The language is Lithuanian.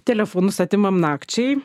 telefonus atimam nakčiai